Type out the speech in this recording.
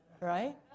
right